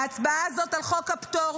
ההצבעה הזאת על חוק הפטור,